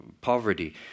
poverty